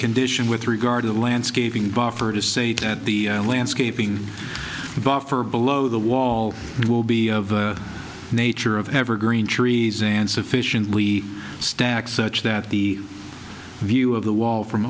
condition with regard to the landscaping buffer to say that the landscaping buffer below the wall will be nature of evergreen trees and sufficiently stack such that the view of the wall from